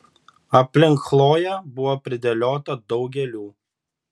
aplink chloję buvo pridėliota daug gėlių